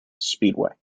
speedway